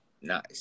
Nice